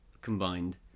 combined